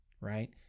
right